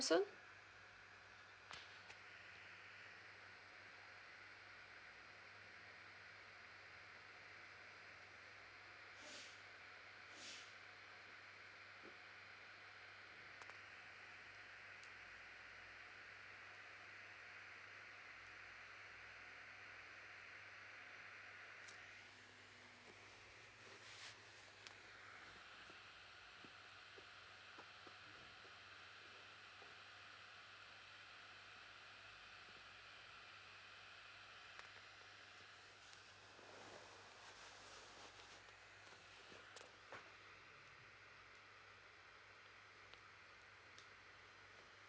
soon